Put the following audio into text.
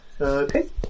Okay